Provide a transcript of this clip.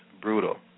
Brutal